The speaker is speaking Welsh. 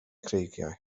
creigiau